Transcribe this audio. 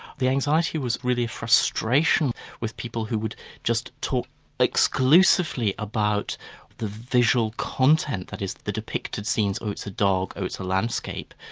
the anxiety was really frustration with people who would just talk exclusively about the visual content, that is the depicted scenes, oh, it's a dog oh, it's a landscape,